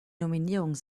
nominierung